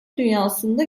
dünyasında